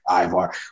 Ivar